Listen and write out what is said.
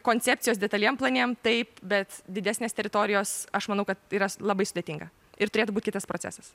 koncepcijos detaliem planiem taip bet didesnės teritorijos aš manau kad yra labai sudėtinga ir turėtų būti kitas procesas